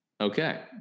okay